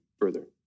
further